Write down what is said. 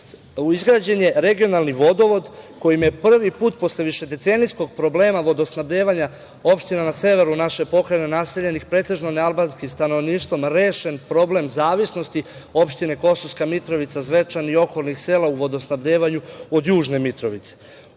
evra. Izgrađen je regionalni vodovod kojim je prvi put, posle višedecenijskog problema vodosnabdevanja opština na severu naše pokrajine, naseljenih pretežno nealbanskim stanovništvom, rešen problem zavisnosti opštine Kosovske Mitrovica, Zvečan i okolnih sela u vodosnabdevanju od Južne Mitrovice.U